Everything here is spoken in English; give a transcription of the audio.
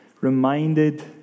reminded